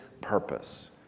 purpose